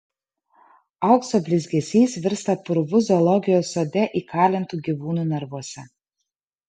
aukso blizgesys virsta purvu zoologijos sode įkalintų gyvūnų narvuose